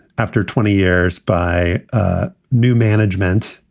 after twenty years by new management.